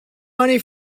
money